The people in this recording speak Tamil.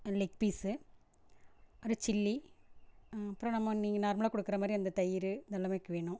லெக் பீஸு அப்புறம் சில்லி அப்புறம் நம்ம நீங்கள் நார்மலாக கொடுக்குற மாதிரி அந்த தயிர் அதெல்லாமே எனக்கு வேணும்